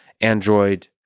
Android